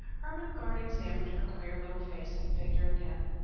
ermengarde examined her queer little face and figure again.